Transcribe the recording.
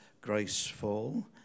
graceful